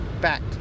Fact